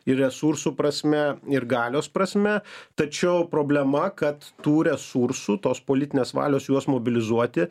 ir resursų prasme ir galios prasme tačiau problema kad tų resursų tos politinės valios juos mobilizuoti